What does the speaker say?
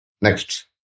Next